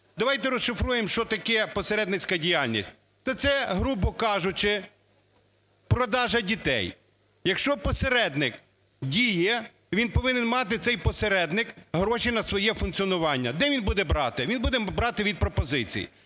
Давайте розшифруємо що таке посередницька діяльність, то це, грубо кажучи, продаж дітей. Якщо посередник діє, він повинен мати, цей посередник, гроші на своє функціонування. Де він буде брати? Він буде брати від пропозицій.